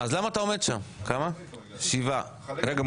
שבעה.